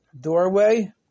doorway